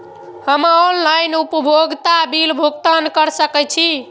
हम ऑनलाइन उपभोगता बिल भुगतान कर सकैछी?